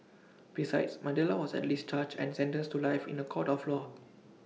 besides Mandela was at least charged and sentenced to life in The Court of law